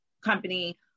company